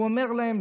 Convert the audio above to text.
אומר להם,